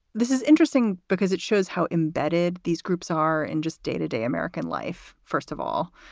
this is interesting because it shows how embedded these groups are in just day to day american life. first of all.